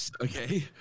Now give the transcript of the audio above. Okay